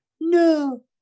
no